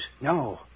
No